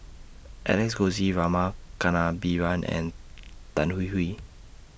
Alex Josey Rama Kannabiran and Tan Hwee Hwee